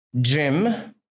Jim